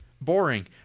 boring